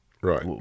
right